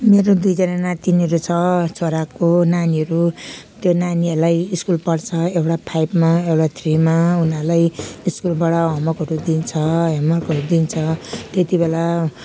मेरो दुइजना नातिनीहरू छ छोराको नानीहरू त्यो नानीहरूलाई स्कुल पढ्छ एउटा फाइभमा एउटा थ्रिमा उनीहरूलाई स्कुलबाट होमवर्कहरू दिन्छ होमवर्कहरू दिन्छ त्यति बेला